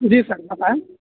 جی sir بتائیں